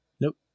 Nope